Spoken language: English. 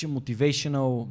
Motivational